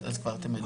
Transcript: אז אתם כבר יודעים?